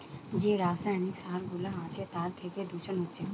যে রাসায়নিক সার গুলা আছে তার থিকে দূষণ হচ্ছে